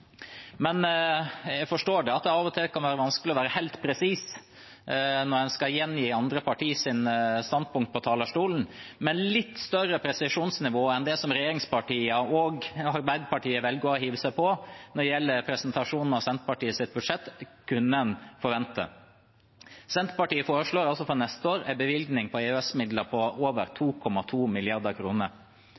Jeg forstår at det av og til kan være vanskelig å være helt presis når en skal gjengi andre partiers standpunkt på talerstolen, men et litt større presisjonsnivå enn det som regjeringspartiene har – og som Arbeiderpartiet velger å hive seg på – når det gjelder presentasjonen av Senterpartiets budsjett, kunne en forvente. Senterpartiet foreslår altså for neste år en bevilgning til EØS-midler på over 2,2